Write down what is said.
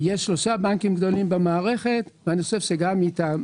יש שלושה בנקים גדולים במערכת ואני חושב שגם איתם